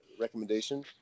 recommendation